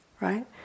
right